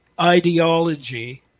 ideology